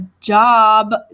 job